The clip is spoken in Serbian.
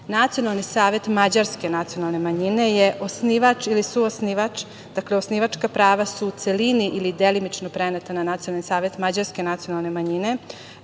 Nacionalni savet mađarske nacionalne manjine je osnivač ili suosnivač. Dakle, osnivačka prava su u celini ili delimično preneta na Nacionalni savet mađarske nacionalne manjine,